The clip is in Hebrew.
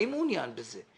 אני מעוניין בזה.